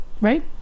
right